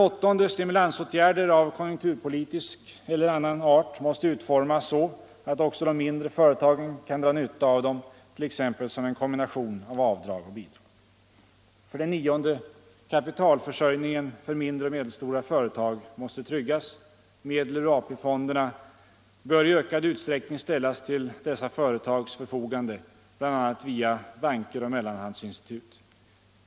8. Stimulansåtgärder av konjunkturpolitisk eller annan art måste utformas så, att också de mindre företagen kan dra nytta av dem, t.ex. som en kombination av avdrag och bidrag. 9. Kapitalförsörjningen för mindre och medelstora företag måste tryggas. Medel ur AP-fonderna bör i ökad utsträckning ställas till dessa företags förfogande, bl.a. via banker och mellanhandsinstitut.